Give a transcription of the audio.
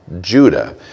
Judah